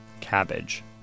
Cabbage